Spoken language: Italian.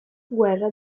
guerra